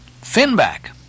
Finback